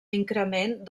increment